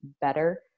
better